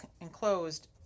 enclosed